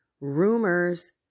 rumors